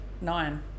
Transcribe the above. nine